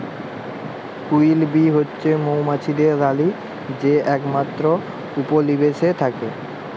queen bee হছে মোমাছিদের রালী যে একমাত্তর উপলিবেশে থ্যাকে